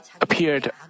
appeared